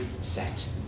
set